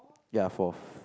ya fourth